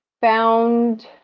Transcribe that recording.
found